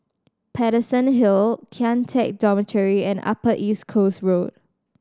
Paterson Hill Kian Teck Dormitory and Upper East Coast Road